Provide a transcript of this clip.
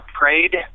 prayed